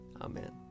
Amen